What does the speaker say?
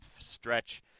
stretch